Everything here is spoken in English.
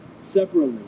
separately